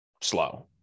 slow